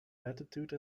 latitude